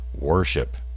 worship